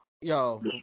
Yo